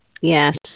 Yes